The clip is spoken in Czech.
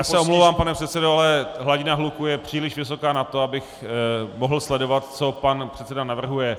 Já se omlouvám, pane předsedo, ale hladina hluku je příliš vysoká na to, abych mohl sledovat, co pan předseda navrhuje.